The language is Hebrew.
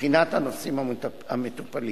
לבחינת הנושאים המטופלים.